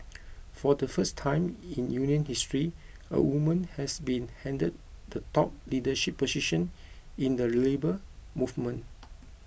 for the first time in union history a woman has been handed the top leadership position in the Labour Movement